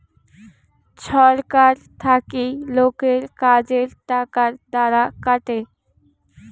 ছরকার থাকি লোকের কাজের টাকার দ্বারা কাটে